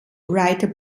writer